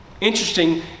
Interesting